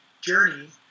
journey